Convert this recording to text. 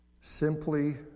simply